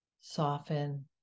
soften